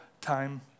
time